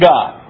God